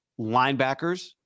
linebackers